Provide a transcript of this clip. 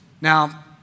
Now